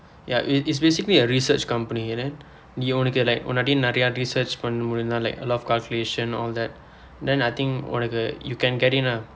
ya it is basically a research company then நீ உனக்கு:nii unakku like முன்னாடி நிரைய:munnaadi niraiya research மன்னிருந்தால்:pannirundthaal like a lot of calculation all that then I think உனக்கு:unakku you can get in ah